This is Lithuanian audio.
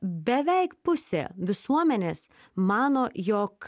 beveik pusė visuomenės mano jog